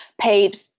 paid